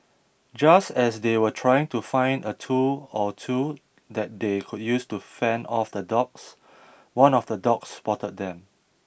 just as they were trying to find a tool or two that they could use to fend off the dogs one of the dogs spotted them